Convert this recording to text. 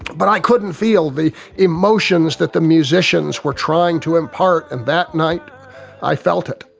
but i couldn't feel the emotions that the musicians were trying to impart, and that night i felt it.